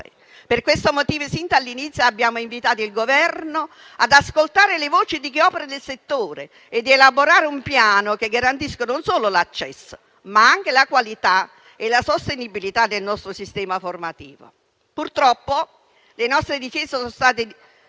Per questo motivo sin dall'inizio abbiamo invitato il Governo ad ascoltare le voci di chi opera nel settore e ad elaborare un piano che garantisca non solo l'accesso, ma anche la qualità e la sostenibilità del nostro sistema formativo. Purtroppo le nostre richieste sono state